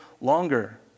longer